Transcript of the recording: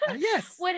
Yes